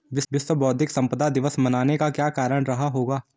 विश्व बौद्धिक संपदा दिवस मनाने का क्या कारण रहा होगा?